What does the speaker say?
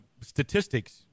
statistics